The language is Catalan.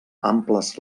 amples